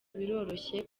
biroroshye